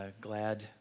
glad